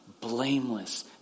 blameless